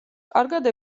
კარგად